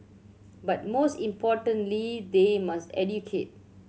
but most importantly they must educate